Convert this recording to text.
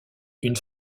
une